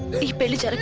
the village